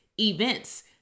events